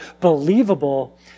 believable